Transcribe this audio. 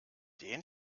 den